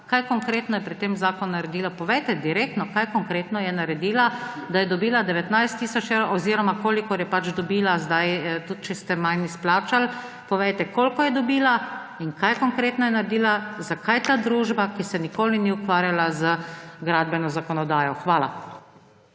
Kaj konkretno je pri tem zakonu naredila? Povejte direktno, kaj konkretno je naredila, da je dobila 19 tisoč oziroma kolikor je pač dobila sedaj, tudi če ste manj izplačali. Povejte, koliko je dobila in kaj konkretno je naredila. Zakaj ta družba, ki se nikoli ni ukvarjala z gradbeno zakonodajo? Hvala.